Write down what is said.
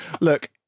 Look